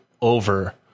over